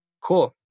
Cool